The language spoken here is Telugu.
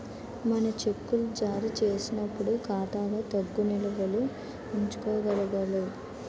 మనం చెక్కులు జారీ చేసినప్పుడు ఖాతాలో తగు నిల్వలు ఉంచుకోగలగాలి